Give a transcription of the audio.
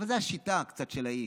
אבל זו השיטה של האיש: